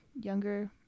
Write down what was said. younger